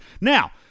Now